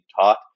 taught